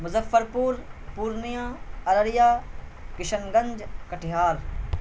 مظفر پور پورنیہ ارریہ کشن گنج کٹھیار